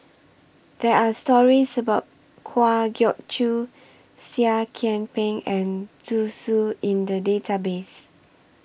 There Are stories about Kwa Geok Choo Seah Kian Peng and Zhu Xu in The Database